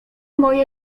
moje